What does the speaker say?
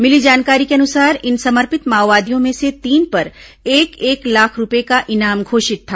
मिली जानकारी के अनुसार इन समर्पित माओवादियों में से तीन पर एक एक लाख रूपये का इनाम घोषित था